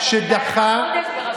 גם ב-2015,